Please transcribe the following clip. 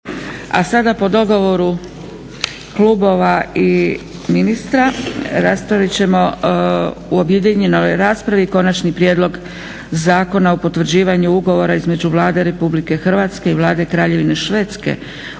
A sada po dogovoru klubova i ministra, raspravit ćemo u objedinjenoj raspravi - Konačni prijedlog zakona o potvrđivanju ugovora između Vlade Republike Hrvatske i Vlade Kraljevine Švedske